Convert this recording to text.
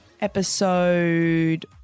episode